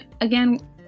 again